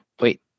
wait